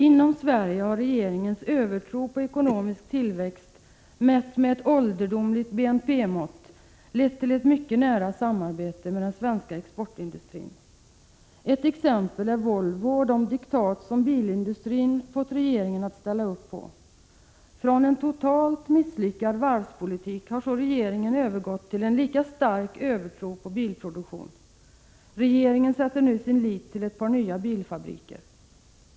Inom Sverige har regeringens övertro på ekonomisk tillväxt, mätt med ett ålderdomligt BNP-mått, lett till ett mycket nära samarbete med den svenska exportindustrin. Ett exempel är Volvo och de diktat som bilindustrin fått regeringen att ställa upp på. Från en totalt misslyckad varvspolitik har så regeringen övergått till en lika stark övertro på bilproduktion. Regeringen sätter nu sin lit till ett par nya bilfabriker.